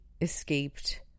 escaped